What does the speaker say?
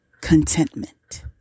Contentment